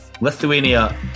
Lithuania